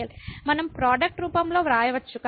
మనం ప్రొడక్ట్ రూపంలో వ్రాయవచ్చు